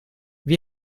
wie